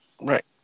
Right